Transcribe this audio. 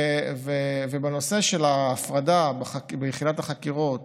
בנושא ההפרדה ביחידת החקירות,